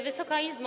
Wysoka Izbo!